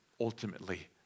ultimately